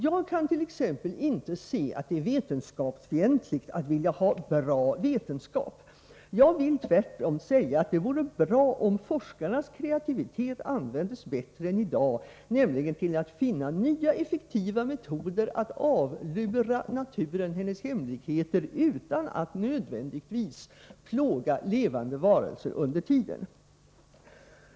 Jag kan inte se att det är vetenskapsfientligt att vilja ha bra vetenskap. Jag vill tvärtom säga att det vore bra om forskarnas kreativitet användes bättre än i dag, nämligen till att finna nya effektiva metoder att avlura naturen hennes hemligheter, utan att nödvändigtvis plåga levande varelser under tiden.